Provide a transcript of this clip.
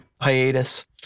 hiatus